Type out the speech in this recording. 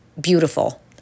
beautiful